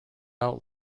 out